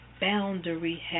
boundary